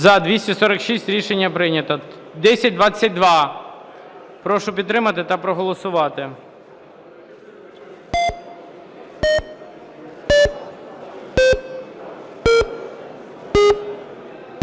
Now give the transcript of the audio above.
За-246 Рішення прийнято. 1022. Прошу підтримати та проголосувати.